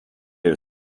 dig